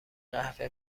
قهوه